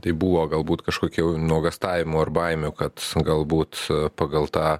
tai buvo galbūt kažkokių nuogąstavimų ar baimių kad galbūt pagal tą